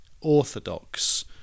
orthodox